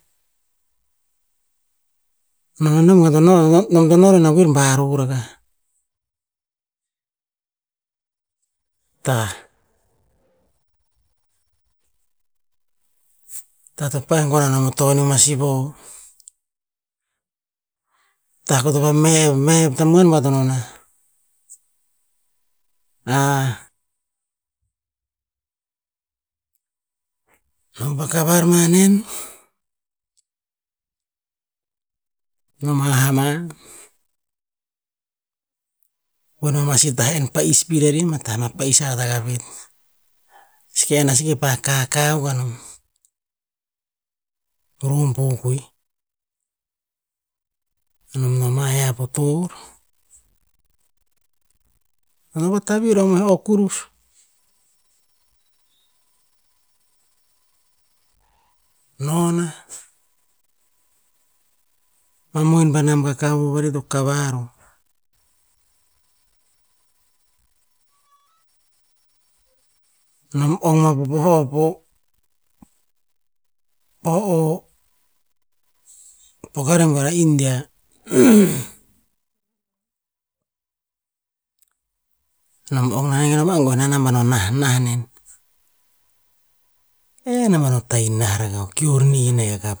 Nom to no bat a no, nem to noh rena vilbaro rakah, tah. Tah to pah gon anom a taunium a siovoh, tah ko to vamevmehu tamuuan batanom nah. nam pa kavar ma nen, nom ha'a mah gon ama si tah enn pa'is pir arih ma tah ama pa'is a hat akah pet, e seke enn a si kepah kahkah akuk anon, o lombo koeh. Nom noma heh a pa torr, nom pa vatavir ma o kurus, no nah ama mohin pa nam kakavoh vari to kavar roh. Nom ong ma po pah o pe, pah o, poka reh buer india. nom ong nen nom angue anamban o nah nah nen. E anamban o tai nah rakah, o keor ni neh akah